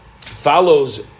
follows